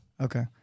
Okay